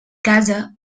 casa